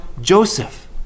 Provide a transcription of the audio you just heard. Joseph